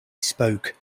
spoke